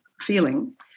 feeling